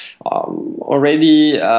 already